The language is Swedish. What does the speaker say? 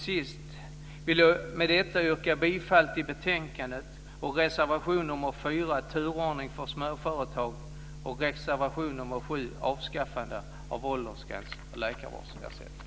Jag vill med detta yrka bifall till utskottets förslag i betänkandet och reservation nr 4 om turordning för småföretag och reservation nr 7 om avskaffande av åldersgräns för läkarvårdsersättning.